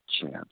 chance